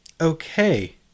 Okay